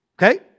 Okay